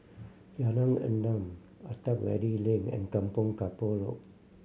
Jalan Enam Attap Valley Lane and Kampong Kapor Road